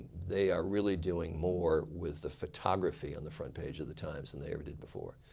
they are really doing more with the photography on the front page of the time than they ever did before.